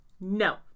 No